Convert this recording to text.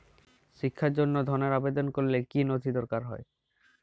শিক্ষার জন্য ধনের আবেদন করলে কী নথি দরকার হয়?